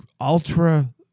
ultra